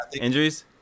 Injuries